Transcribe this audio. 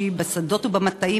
כותב: